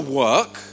work